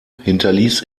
hinterließ